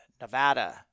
Nevada